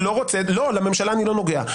לממשלה אני לא נוגע,